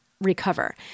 recover